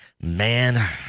man